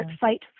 fight